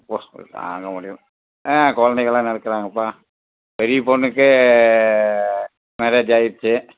அப்பா அது தாங்க முடியலை ஆ குழந்தைங்கலாம் நல்லாருக்குறாங்கப்பா பெரிய பெண்ணுக்கு மேரேஜ் ஆயிடுச்சு